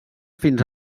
fins